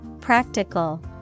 practical